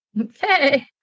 okay